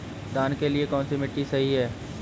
धान के लिए कौन सी मिट्टी सही है?